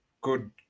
good